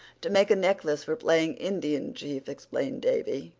to make a necklace for playing indian chief, explained davy,